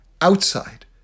outside